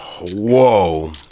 Whoa